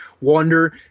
wonder